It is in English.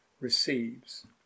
receives